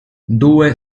due